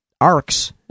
arcs